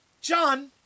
John